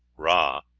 ra,